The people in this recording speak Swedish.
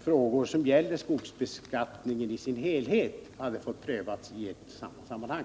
frågor som gäller skogsbeskattningen i dess helhet hade fått prövas i ett och samma sammanhang.